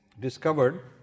Discovered